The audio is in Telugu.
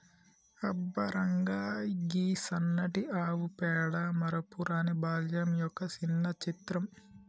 అబ్బ రంగా, గీ సన్నటి ఆవు పేడ మరపురాని బాల్యం యొక్క సిన్న చిత్రం